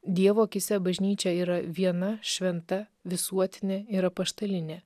dievo akyse bažnyčia yra viena šventa visuotinė ir apaštalinė